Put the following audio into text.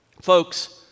Folks